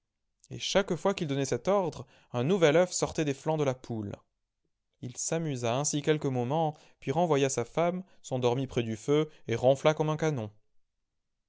et chaque fois qu'il donnait cet ordre un nouvel œuf sortait des flancs de la poule il s'amusa ainsi quelques moments puis renvoya sa femme s'endormit près du feu et ronfla comme un canon